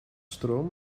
stroom